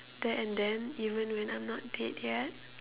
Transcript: there and then even when I'm not dead yet